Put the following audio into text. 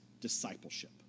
discipleship